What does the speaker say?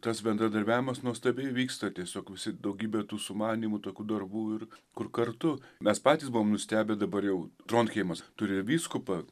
tas bendradarbiavimas nuostabiai vyksta tiesiog visi daugybė tų sumanymų tokių darbų ir kur kartu mes patys buvom nustebę dabar jau troncheimas turi vyskupą